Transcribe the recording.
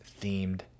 themed